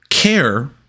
care